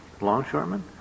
longshoreman